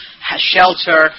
shelter